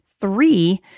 three